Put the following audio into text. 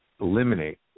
eliminate